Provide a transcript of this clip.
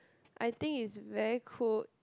I think it's very cool